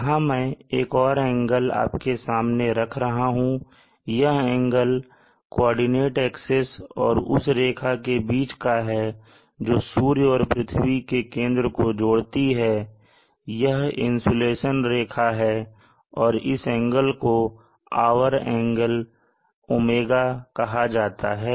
यहां मैं एक और एंगल आपके सामने रख रहा हूं यह एंगल कोऑर्डिनेट एक्सिस और उस रेखा के बीच का है जो सूर्य और पृथ्वी के केंद्र को जोड़ती है यह इंसुलेशन रेखा है और इस एंगल को आवर एंगल ω कहा जाता है